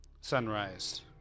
sunrise